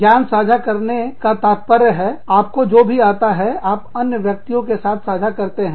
ज्ञान साझा करने का तात्पर्य है आपको जो भी आता है आप अन्य व्यक्तियों के साथ साझा करते हैं